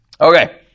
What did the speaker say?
Okay